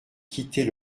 quitter